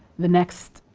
the next